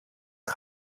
het